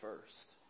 first